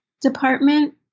department